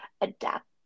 adapt